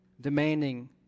demanding